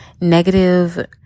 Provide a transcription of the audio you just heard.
negative